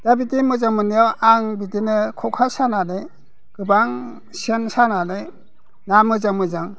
दा बिदि मोजां मोननायाव आं बिदिनो खखा सानानै गोबां सेन सानानै ना मोजां मोजां